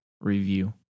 review